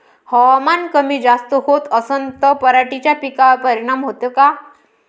हवामान कमी जास्त होत असन त पराटीच्या पिकावर परिनाम होते का?